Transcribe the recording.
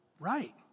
Right